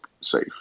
safe